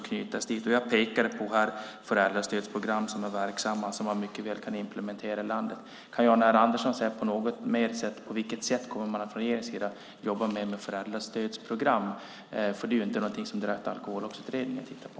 Jag pekade på föräldrastödsprogram som finns och som mycket väl kan implementeras i landet. Kan Jan R Andersson säga något om på vilket sätt regeringen kommer att jobba mer med föräldrastödsprogram? Det är ju inte något som Alkohollagsutredningen tittar på.